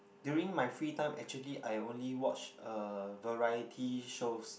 during my free time actually I only watch uh variety shows